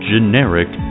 Generic